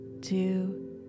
two